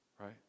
right